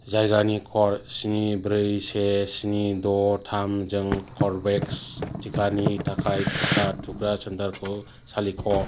जायगानि क'ड स्नि ब्रै से स्नि द' थामजों कर्वेभेक्स टिकानि थाखाय टिका थुग्रा सेन्टारखौ सालिख'